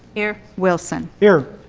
here. wilson. here.